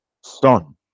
Son